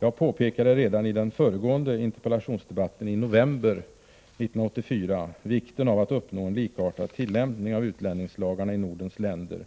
Jag pekade redan i den föregående interpellationsdebatten i november 1984 på vikten av att uppnå en likartad tillämpning av utlänningslagarna i Nordens länder